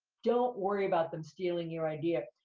don't worry about them stealing your idea.